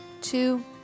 two